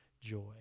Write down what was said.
joy